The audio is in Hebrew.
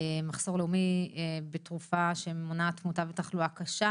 יש מחסור לאומי בתרופה שמונעת תמותה ותחלואה קשה.